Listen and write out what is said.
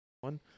One